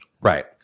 Right